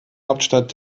hauptstadt